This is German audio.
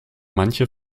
manche